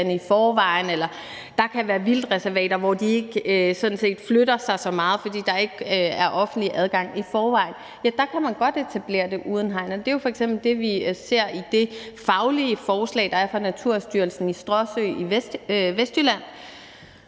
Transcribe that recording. i forvejen, eller der kan være vildtreservater, hvor de ikke flytter sig så meget, fordi der ikke i forvejen er offentlig adgang – kan man godt etablere det uden hegn. Det er jo f.eks. det, vi ser i det faglige forslag, der er kommet fra Naturstyrelsen, om Strøsø i Vestjylland.